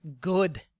Good